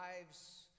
lives